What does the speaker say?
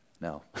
No